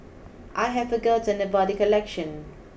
I hadforgotten about the collection